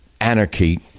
anarchy